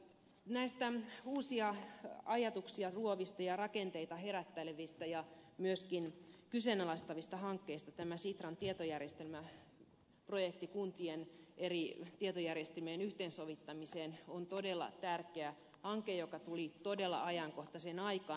näistä uusia ajatuksia luovista ja rakenteita herättelevistä ja myöskin kyseenalaistavista hankkeista tämä sitran tietojärjestelmäprojekti kuntien eri tietojärjestelmien yhteensovittamiseksi on todella tärkeä hanke joka tuli todella ajankohtaiseen aikaan